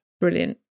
Brilliant